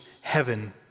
heaven